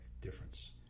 difference